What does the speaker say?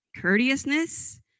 courteousness